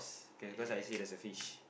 k cause I see there's a fish